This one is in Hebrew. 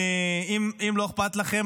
אם לא אכפת לכם,